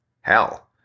hell